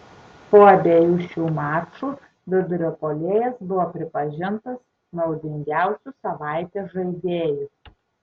po abiejų šių mačų vidurio puolėjas buvo pripažintas naudingiausiu savaitės žaidėju